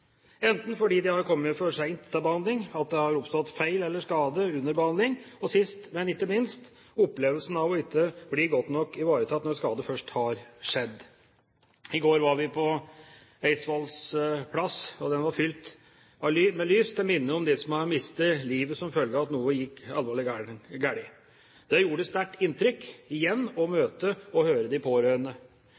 enten fordi de har kommet for sent til behandling, eller fordi det har oppstått feil eller skade under behandling, og sist, men ikke minst, opplevd ikke å bli godt nok ivaretatt når skade først har skjedd. I går var vi på Eidsvolls plass. Den var fylt med lys til minne om dem som har mistet livet som følge av at noe gikk alvorlig galt. Det gjorde sterkt inntrykk igjen å møte og høre de pårørende.